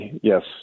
yes